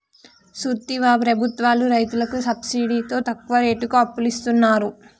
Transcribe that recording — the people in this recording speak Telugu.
సూత్తివా ప్రభుత్వాలు రైతులకి సబ్సిడితో తక్కువ రేటుకి అప్పులిస్తున్నరు